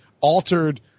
altered